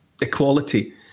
equality